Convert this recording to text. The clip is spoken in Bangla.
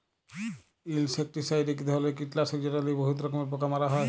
ইলসেকটিসাইড ইক ধরলের কিটলাসক যেট লিয়ে বহুত রকমের পোকা মারা হ্যয়